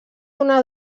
una